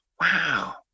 wow